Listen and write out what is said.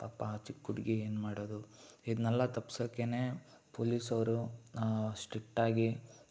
ಪಾಪ ಆ ಚಿಕ್ಕ ಹುಡ್ಗಿ ಏನು ಮಾಡೋದು ಇದನ್ನೆಲ್ಲ ತಪ್ಸಕ್ಕೇ ಪೋಲೀಸವರು ಸ್ಟ್ರಿಕ್ಟಾಗಿ